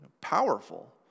powerful